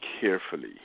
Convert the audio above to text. carefully